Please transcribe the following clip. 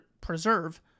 preserve